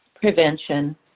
prevention